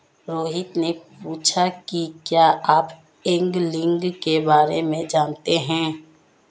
रोहित ने पूछा कि क्या आप एंगलिंग के बारे में जानते हैं?